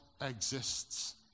exists